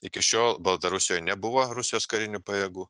iki šiol baltarusijoj nebuvo rusijos karinių pajėgų